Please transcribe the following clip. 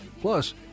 Plus